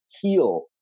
heal